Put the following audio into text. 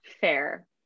fair